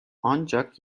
ancak